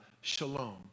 Shalom